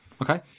Okay